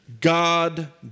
God